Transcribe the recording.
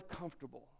comfortable